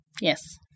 Yes